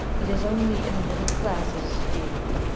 it is only in the middle classes, stephen,